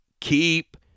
keep